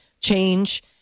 change